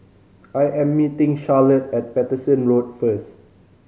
I am meeting Charlotte at Paterson Road first